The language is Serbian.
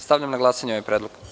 Stavljam na glasanje ovaj predlog.